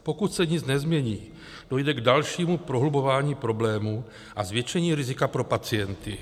Pokud se nic nezmění, dojde k dalšímu prohlubování problémů a zvětšení rizika pro pacienty.